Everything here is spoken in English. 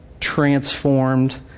transformed